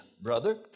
brother